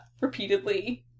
repeatedly